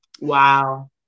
Wow